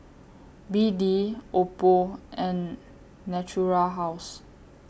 B D Oppo and Natura House